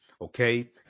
okay